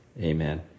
Amen